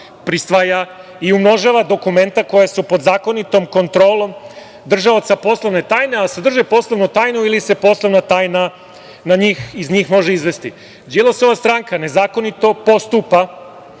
prisvaja i umnožava dokumenta koja su pod zakonitom kontrolom držaoca poslovne tajne, a sadrže poslovnu tajnu ili se poslovna tajna iz njih može izvesti. Đilasova stranka nezakonito postupa